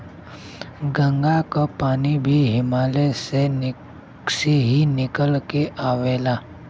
गंगा क पानी भी हिमालय से ही निकल के आवेला